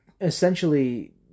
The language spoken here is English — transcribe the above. essentially